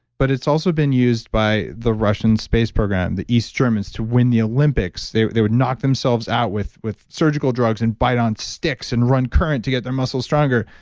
but it's also been used by the russian space program, the east germans, to win the olympics. they they would knock themselves out with with surgical drugs and bite on sticks and run current to get their muscles stronger.